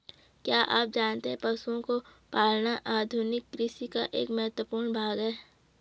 क्या आप जानते है पशुओं को पालना आधुनिक कृषि का एक महत्वपूर्ण भाग है?